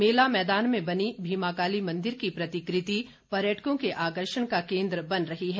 मेला मैदान में बनी भीमाकाली मंदिर की प्रतिकृति पर्यटकों के आकर्षण का केन्द्र बन रही है